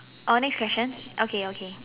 oh next question okay okay